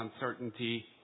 uncertainty